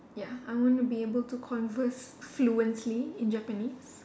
ya I want to be able to converse fluently in Japanese